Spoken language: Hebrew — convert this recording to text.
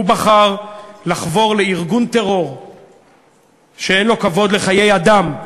הוא בחר לחבור לארגון טרור שאין לו כבוד לחיי אדם,